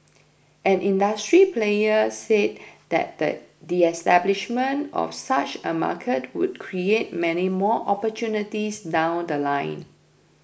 an industry player said that the establishment of such a market would create many more opportunities down The Line